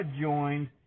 joined